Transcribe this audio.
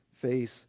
face